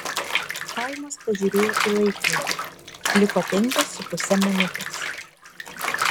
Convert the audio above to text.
chaimas pažiūrėjo į laikrodį liko penkios su puse minutės